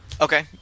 Okay